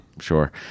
Sure